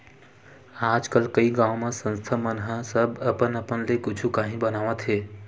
आजकल कइ गाँव म संस्था मन ह सब अपन अपन ले कुछु काही बनावत हे